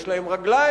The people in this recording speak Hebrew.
יש להם רגליים,